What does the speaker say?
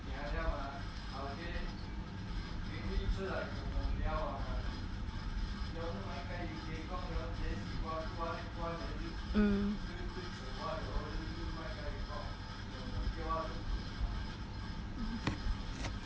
mm